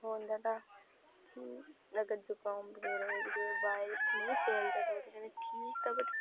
होंदा ता ते अगर जुकाम बगैरा एह् वायरस निं फैलदा तां ओह्दे कन्नै ठीक था बस